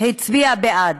הצביע בעד.